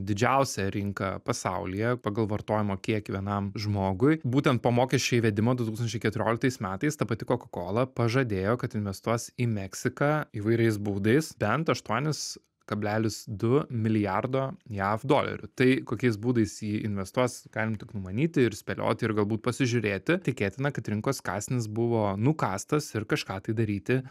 didžiausia rinka pasaulyje pagal vartojimo kiekį vienam žmogui būtent po mokesčio įvedimo du tūkstančiai keturioliktais metais ta pati kokakola pažadėjo kad investuos į meksiką įvairiais būdais bent aštuonis kablelis du milijardo jav dolerių tai kokiais būdais jį investuos galim tik numanyti ir spėlioti ir galbūt pasižiūrėti tikėtina kad rinkos kąsnis buvo nukastas ir kažką tai daryti